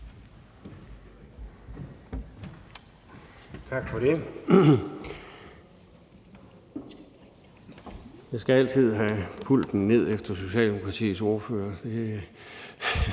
Tak for det. Jeg skal altid have pulten ned efter Socialdemokratiets ordfører.